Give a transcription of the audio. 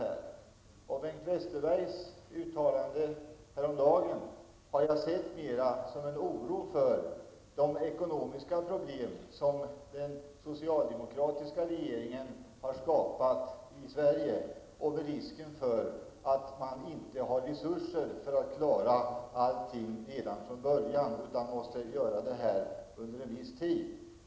Jag har sett Bengt Westerbergs uttalande häromdagen som en oro för de ekonomiska problem som den socialdemokratiska regeringen har skapat i Sverige. Det finns risk för att man inte har resurser att klara allting redan från början, utan att man måste göra det under en viss tid.